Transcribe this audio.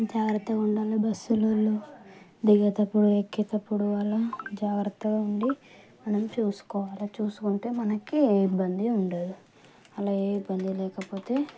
జాగ్రత్తగా ఉండాలి బస్సులలో దిగేటప్పుడు ఎక్కేటప్పుడు అలా జాగ్రత్తగా ఉండి మనం చూసుకోవాలి చూసుకుంటే మనకి ఏ ఇబ్బంది ఉండదు అలా ఏ ఇబ్బంది లేకపోతే